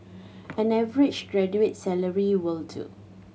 an average graduate's salary will do